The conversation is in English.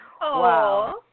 Wow